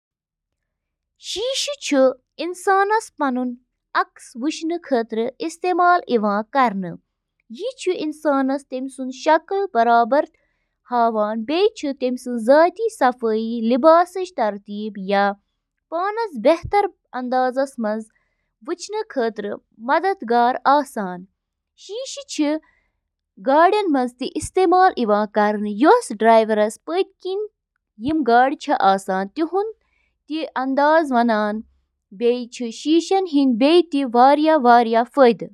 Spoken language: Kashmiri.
ہیئر ڈرائر، چُھ اکھ الیکٹرو مکینیکل آلہ یُس نم مَس پیٹھ محیط یا گرم ہوا چُھ وایان تاکہِ مَس خۄشٕک کرنہٕ خٲطرٕ چُھ آبُک بخارات تیز گژھان۔ ڈرائر چِھ پرتھ سٹرینڈ اندر عارضی ہائیڈروجن بانڈن ہنٛز تشکیل تیز تہٕ کنٹرول کرتھ، مس ہنٛز شکل تہٕ اندازس پیٹھ بہتر کنٹرولس قٲبل بناوان۔